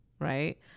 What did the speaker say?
Right